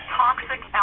toxic